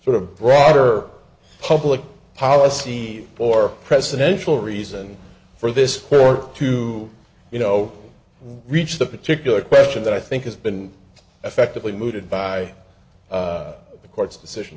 sort of broader public policy or presidential reason for this or to you know reach the particular question that i think has been effectively mooted by the court's decision